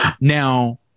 Now